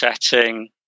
setting